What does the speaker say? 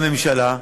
בממשלה,